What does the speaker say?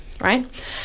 right